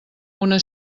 una